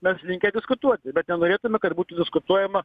mes linkę diskutuoti bet nenorėtume kad būtų diskutuojama